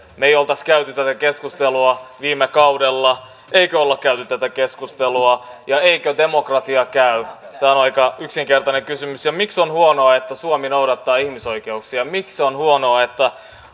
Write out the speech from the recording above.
me emme olisi käyneet tätä keskustelua viime kaudella emmekö ole käyneet tätä keskustelua ja eikö demokratia käy tämä on aika yksinkertainen kysymys miksi se on huonoa että suomi noudattaa ihmisoikeuksia miksi se on huonoa että